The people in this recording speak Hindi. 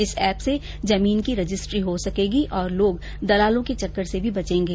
इस एप से जमीन की रजिस्ट्री हो सकेगी और लोग दलालों के चक्कर से भी बचेंगे